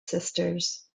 sisters